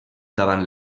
davant